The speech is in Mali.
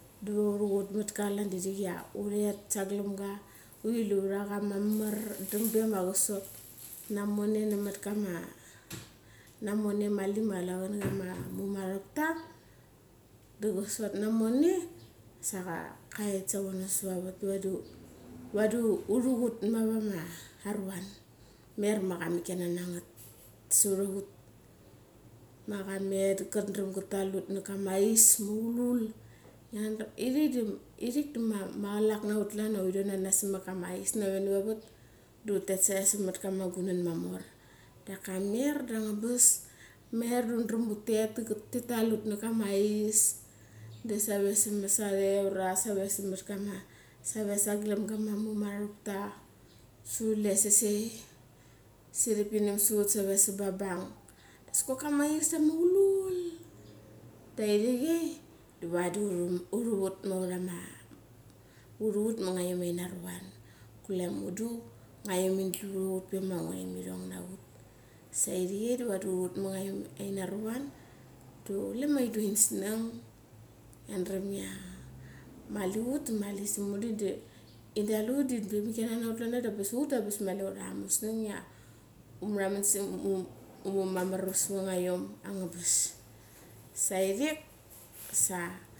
Diwa uru vat mat ka klan dia ithik ia uret saglam ga da uri luvara cha mamar dang be ma cha sot namonei namat mali ma chulecha kana kama muma ropta. Da cha sot namonei sa cha ret sarono savet avat. Vadi uru chat mava ma aruan, mer cha mikina ngat sarat ra ut. Ma chamet ma chadarem ka tall ut namet kama ais ma aulul. Ngia dar irik da ma chalak na ut klan ia uri don anas nave navat avat da utet samat kama gunan ma mor. Daka mir da angabas, mer da undram utet, ti tall ut nakama ais, da save samat kama muma ropta, sa chule sesei siri pinem sa ut save sara ra bang. Askok kama ais ia ma aulul, da irik chei di wadi uruvat ma ngaiom ina ruan, kule mudu iom in dlu va ut ve ma nguraem irong na ut. Sa ire chei da vadi ururat ma nga iom ina ruan diwa chule ma in dua in snang. I ngia dram ia mali ut da sa mali dal ut da in mikina na ut, ut da mali angabas na ura musnang ia u mu amer vas galam ngaiom angabas. Sa ithik sa.